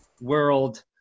world